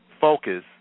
focus